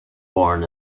born